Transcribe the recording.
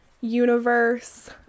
universe